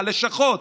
הלשכות,